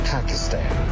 Pakistan